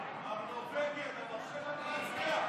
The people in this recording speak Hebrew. תודה רבה, נורבגי, שאתה מאפשר לנו להצביע.